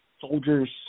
soldier's